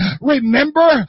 Remember